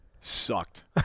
Sucked